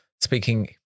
speaking